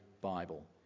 Bible